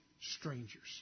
strangers